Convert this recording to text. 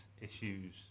issues